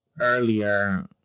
Earlier